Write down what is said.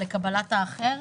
לקבלת האחר,